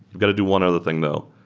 got to do one other thing though,